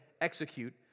execute